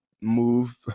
move